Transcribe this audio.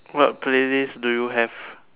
what playlist do you have